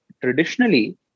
traditionally